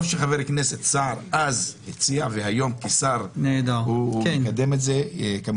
טוב שחבר הכנסת דאז סער הציע את זה וטוב שהוא מקדם את זה עכשיו כשר,